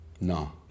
No